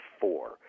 four